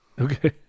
Okay